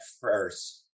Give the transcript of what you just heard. first